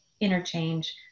interchange